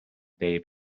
day